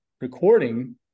recording